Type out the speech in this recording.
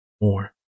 more